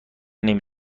نمی